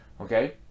Okay